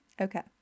Okay